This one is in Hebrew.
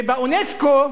ובאונסק"ו,